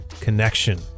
Connection